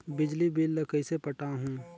बिजली बिल ल कइसे पटाहूं?